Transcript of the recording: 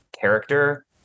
character